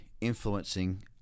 influencing